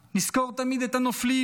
נזכור תמיד את הנופלים,